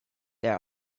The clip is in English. there